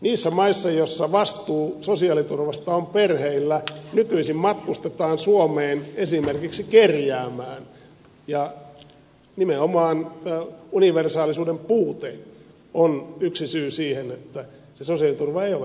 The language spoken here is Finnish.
niistä maista joissa vastuu sosiaaliturvasta on perheillä nykyisin matkustetaan suomeen esimerkiksi kerjäämään ja nimenomaan universaalisuuden puute on yksi syy siihen että se sosiaaliturva ei ole siellä riittävää